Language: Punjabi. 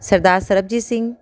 ਸਰਦਾਰ ਸਰਬਜੀਤ ਸਿੰਘ